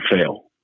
fail